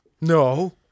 No